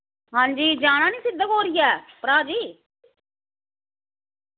हां जी जाना नी सिद्ध गोरियै भ्रा जी